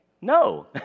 No